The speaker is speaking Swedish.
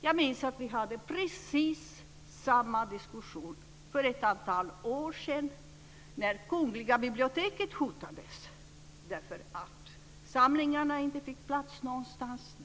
Jag minns att det fördes precis samma diskussion för ett antal år sedan när Kungliga biblioteket hotades därför att samlingarna inte fick plats.